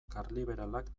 karliberalak